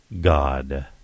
god